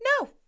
no